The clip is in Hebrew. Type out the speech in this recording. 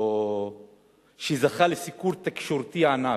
שזכה לסיקור תקשורתי ענק?